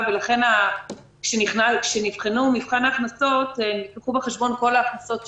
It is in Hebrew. ולכן כשעשו את מבחן ההכנסות נלקחו בחשבון כל ההכנסות שיש.